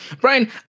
Brian